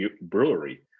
brewery